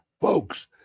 Folks